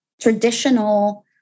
traditional